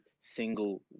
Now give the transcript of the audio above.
single